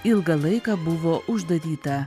ilgą laiką buvo uždaryta